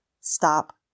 stop